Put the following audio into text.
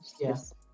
Yes